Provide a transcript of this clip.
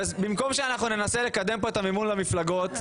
במקום שננסה לקדם כאן את מימון למפלגות,